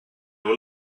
were